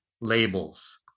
labels